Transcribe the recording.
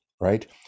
right